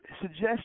suggest